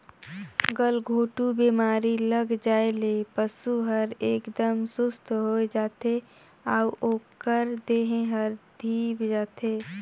गलघोंटू बेमारी लग जाये ले पसु हर एकदम सुस्त होय जाथे अउ ओकर देह हर धीप जाथे